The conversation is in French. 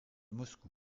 moscou